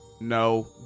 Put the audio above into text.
no